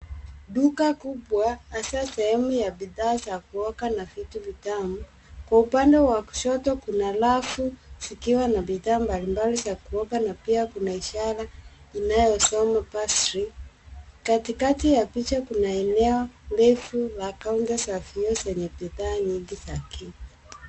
Duka kubwa hasa sehemu ya bidhaa za kuoka na vitu vitamu. Kwa upande wa kushoto kuna rafu zikiwa na bidhaa mbalimbali za kuoka na pia kuna ishara inayosoma pastry . Katikati ya picha kuna eneo ndefu la kaunta za vioo zenye bidhaa nyingi za keki.